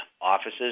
offices